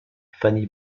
fanny